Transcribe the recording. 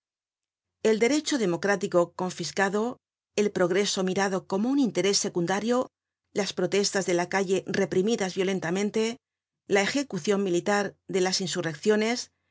el derecho democrático confiscado el progreso mirado como un interés secundario las protestas de la calle reprimidas violentamente la ejecuciou militar de las insurrecciones el